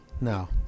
No